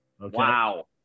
Wow